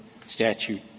statute